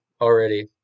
already